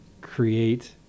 create